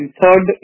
third